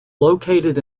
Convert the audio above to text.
located